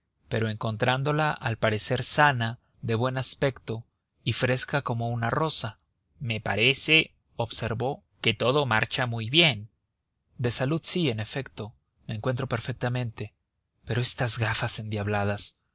pero encontrándola al parecer sana de buen aspecto y fresca como una rosa me parece observó que marcha todo muy bien de salud sí en efecto me encuentro perfectamente pero estas gafas endiabladas